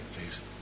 please